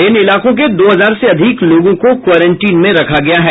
इन इलाकों के दो हजार से अधिक लोगों को क्वारंटीन में रखा गया है